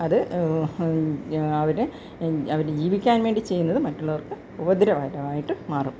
അത് അവരെ അവര് ജീവിക്കാൻവേണ്ടി ചെയ്യ്ന്നത് മറ്റുള്ളവർക്ക് ഉപദ്രവകരമായിട്ട് മാറും